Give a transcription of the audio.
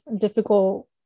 difficult